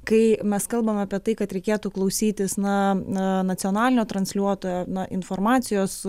kai mes kalbam apie tai kad reikėtų klausytis na na nacionalinio transliuotojo na informacijos